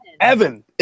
Evan